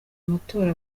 amatora